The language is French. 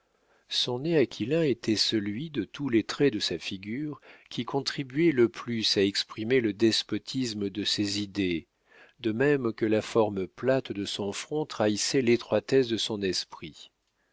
son nez aquilin était celui de tous les traits de sa figure qui contribuait le plus à exprimer le despotisme de ses idées de même que la forme plate de son front trahissait l'étroitesse de son esprit